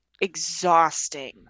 exhausting